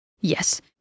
Yes